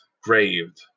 graved